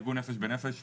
ארגון נפש בנפש,